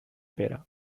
pere